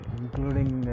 including